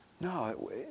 No